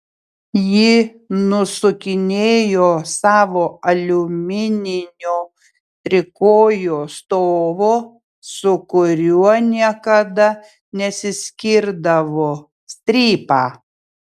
ji nusukinėjo savo aliumininio trikojo stovo su kuriuo niekada nesiskirdavo strypą